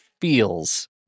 feels